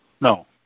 No